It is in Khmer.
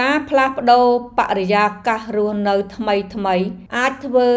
ការផ្លាស់ប្តូរបរិយាកាសរស់នៅថ្មីៗអាចធ្វើ